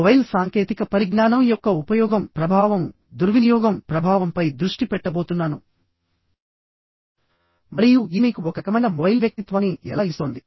mobile సాంకేతిక పరిజ్ఞానం యొక్క ఉపయోగం ప్రభావం దుర్వినియోగం ప్రభావంపై దృష్టి పెట్టబోతున్నాను మరియు ఇది మీకు ఒక రకమైన మొబైల్ వ్యక్తిత్వాన్ని ఎలా ఇస్తోంది